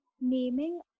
naming